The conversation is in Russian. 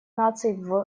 наций